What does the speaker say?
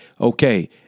okay